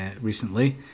recently